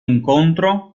incontro